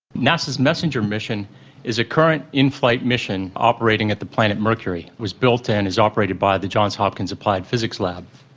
nasa's messenger mission is a current in-flight mission operating at the planet mercury. was built and is operated by the johns hopkins applied physics lab.